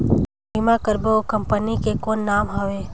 बीमा करबो ओ कंपनी के कौन नाम हवे?